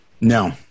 No